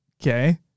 Okay